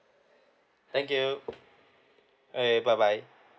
thank you okay bye bye